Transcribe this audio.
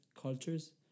cultures